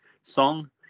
song